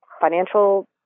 financial